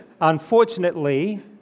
unfortunately